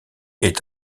est